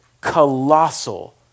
colossal